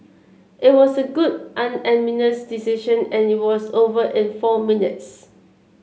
it was a good unanimous decision and it was over in four minutes